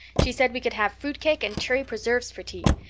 she said we could have fruit cake and cherry preserves for tea.